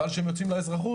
אבל כשהם יוצאים לאזרחות,